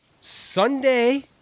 Sunday